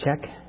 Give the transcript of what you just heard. check